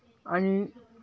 आणि